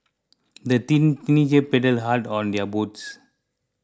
the teen teenagers paddled hard on their boats